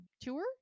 tour